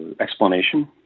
explanation